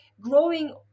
growing